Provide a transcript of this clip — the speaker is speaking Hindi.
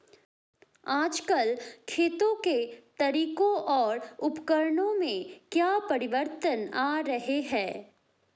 आजकल खेती के तरीकों और उपकरणों में क्या परिवर्तन आ रहें हैं?